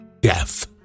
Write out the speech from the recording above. death